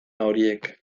horiek